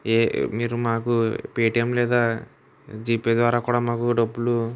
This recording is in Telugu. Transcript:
ఏ మీరు మాకు పేటిఎమ్ లేదా జిపే ద్వారా కూడా మాకు డబ్బులు